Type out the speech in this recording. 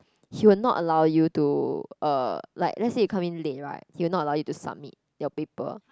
he will not allow you to uh like let's say you come in late right he will not allow you to submit your paper